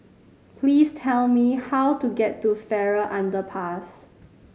please tell me how to get to Farrer Underpass